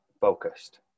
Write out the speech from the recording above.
focused